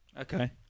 Okay